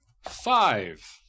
Five